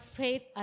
faith